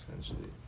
essentially